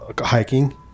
hiking